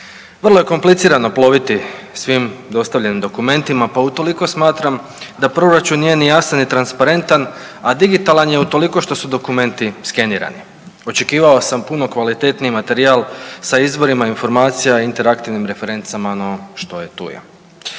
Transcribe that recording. Vrlo je komplicirano ploviti svim dostavljenim dokumentima, pa utoliko smatram da proračun nije ni jasan ni transparentan, a digitalan je utoliko što su dokumenti skenirani. Očekivao sam puno kvalitetniji materijal sa izvorima informacija, interaktivnim referencama, no, što je tu je.